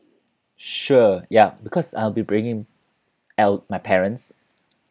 sure ya because I'll be bringing I'll my parents